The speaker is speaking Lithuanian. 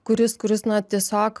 kuris kuris na tiesiog